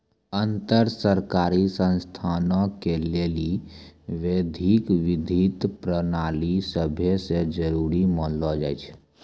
अन्तर सरकारी संस्थानो के लेली वैश्विक वित्तीय प्रणाली सभै से जरुरी मानलो जाय छै